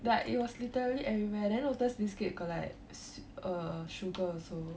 but it was literally everywhere then Lotus biscuit got like swe~ err like sugar also